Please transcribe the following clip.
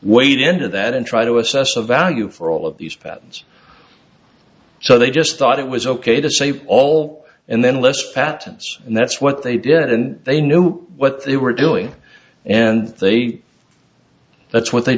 wade into that and try to assess the value for all of these fans so they just thought it was ok to save all and then less patents and that's what they did and they knew what they were doing and they that's what they